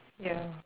ya